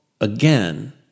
again